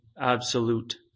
absolute